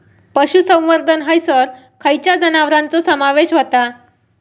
पशुसंवर्धन हैसर खैयच्या जनावरांचो समावेश व्हता?